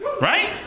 Right